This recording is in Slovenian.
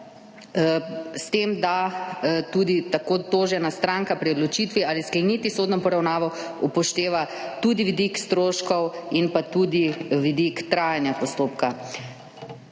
s tem, da tudi tožena stranka pri odločitvi, ali skleniti sodno poravnavo, upošteva tudi vidik stroškov in tudi vidik trajanja postopka.